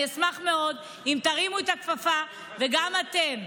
אני אשמח מאוד אם תרימו את הכפפה גם אתם.